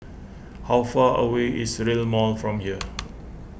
how far away is Rail Mall from here